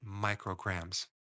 micrograms